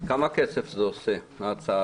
גם ועדת שרים לחקיקה לא קמה, אז מה?